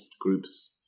groups